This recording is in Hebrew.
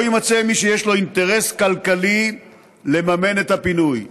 לא יימצא מי שיש לו אינטרס כלכלי לממן את הפינוי.